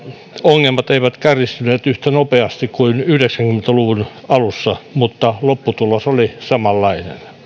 ongelmat eivät kärjistyneet yhtä nopeasti kuin tuhatyhdeksänsataayhdeksänkymmentä luvun alussa mutta lopputulos oli samanlainen